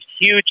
huge